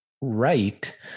right